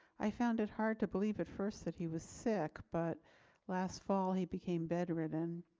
i found it hard to believe at first that he was sick, but last fall, he became bedridden.